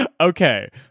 Okay